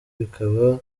bikaba